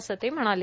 असं ते म्हणाले